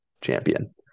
champion